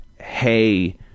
Hey